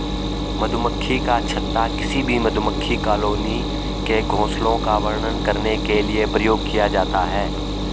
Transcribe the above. मधुमक्खी का छत्ता किसी भी मधुमक्खी कॉलोनी के घोंसले का वर्णन करने के लिए प्रयोग किया जाता है